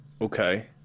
Okay